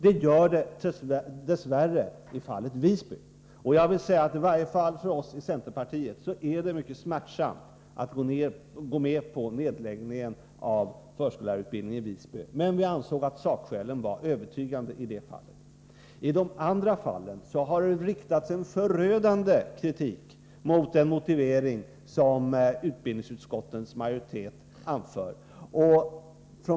Det gör det dess värre i fallet Visby. I varje fall för oss i centerpartiet är det mycket smärtsamt att gå med på nedläggningen av förskollärarutbildningen i Visby, men vi ansåg att sakskälen i det fallet var övertygande. I de övriga fallen har det riktats en förödande kritik mot den motivering som utbildningsutskottets majoritet anför.